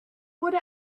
wurde